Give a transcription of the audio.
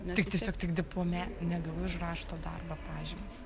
tik tiesiog tik diplome negavai už rašto darbą pažymio